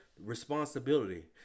Responsibility